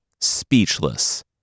speechless